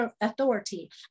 authority